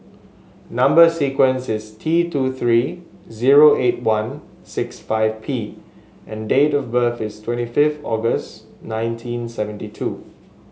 number sequence is T two three zero eight one six five P and date of birth is twenty fifth August nineteen seventy two